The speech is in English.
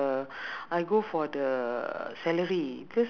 bangkit okay right I thought my friend say bangkit market okay [what]